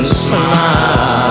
smile